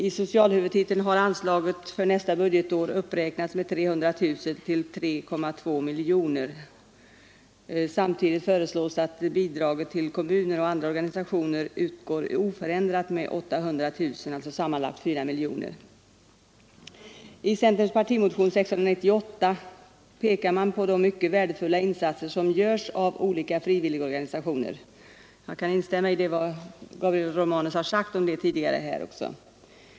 I socialhuvudtiteln har anslaget för nästa budgetår uppräknats med 300 000 kronor till 3,2 miljoner kronor. Samtidigt föreslås att bidraget till kommuner och andra organisationer utgår oförändrat med 800 000 kronor, alltså sammanlagt 4 miljoner kronor. I centerns partimotion, nr 698, pekar man på de mycket värdefulla insatser som görs av olika frivilligorganisationer. Jag kan instämma i vad Gabriel Romanus tidigare här har sagt om detta.